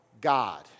God